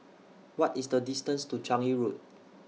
What IS The distance to Changi Road